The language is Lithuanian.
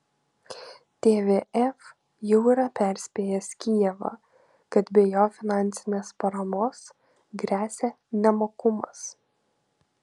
tvf jau yra perspėjęs kijevą kad be jo finansinės paramos gresia nemokumas